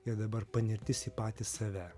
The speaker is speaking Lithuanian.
ir dabar panirtis į patį save